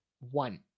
One